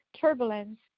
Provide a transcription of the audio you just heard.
turbulence